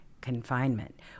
confinement